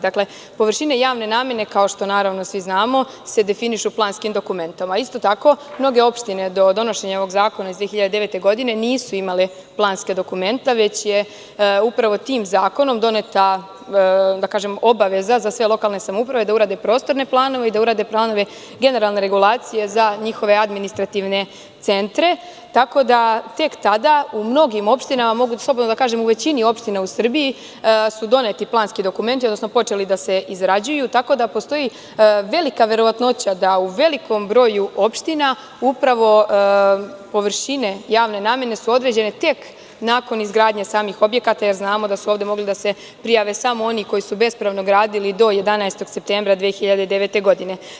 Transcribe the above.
Dakle, površine javne namene, kao što svi znamo, se definišu planskim dokumentom, a isto tako mnoge opštine do donošenja ovog zakona iz 2009. godine nisu imale planske dokumente već je upravo tim zakonom doneta obaveza za sve lokalne samouprave da urade prostorne planove i da urade planove generalne regulacije za njihove administrativne centre, tako da tek tada, u mnogim opštinama, mogu slobodno da kažem u većini opština u Srbiji, su doneti planski dokumenti, odnosno počeli da se izrađuju, tako da postoji velika verovatnoća da u velikom broju opština, upravo površine javne namene su određene tek nakon izgradnje samih objekata, jer znamo da su ovde mogli da se prijave samo oni koji su bespravno gradili do 11. septembra 2009. godine.